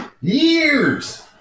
years